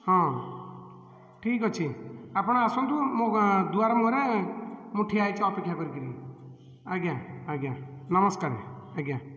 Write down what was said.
ହଁ ଠିକ୍ ଅଛି ଆପଣ ଆସନ୍ତୁ ମୁଁ ଦୁଆର ମୁହଁରେ ମୁଁ ଠିଆ ହୋଇଛି ଅପେକ୍ଷା କରିକି ଆଜ୍ଞା ଆଜ୍ଞା ନମସ୍କାର ଆଜ୍ଞା